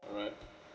alright